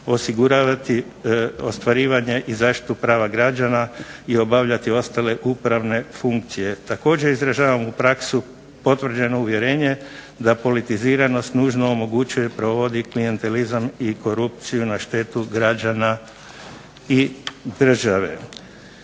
osiguravati ostvarivanje i zaštitu prava građana i obavljati ostale upravne funkcije. Također izražavam u praksi potvrđeno uvjerenje da politiziranost nužno omogućuje i provodi klijentelizam i korupciju na štetu građana i države.